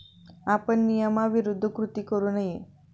आपण नियमाविरुद्ध कृती करू नये